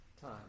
time